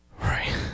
Right